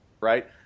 right